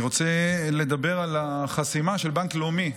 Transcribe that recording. אני רוצה לדבר על החסימה של בנק לאומי,